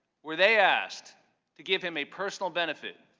were they asked to give him a personal benefit